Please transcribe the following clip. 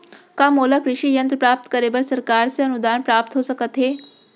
का मोला कृषि यंत्र प्राप्त करे बर सरकार से अनुदान प्राप्त हो सकत हे?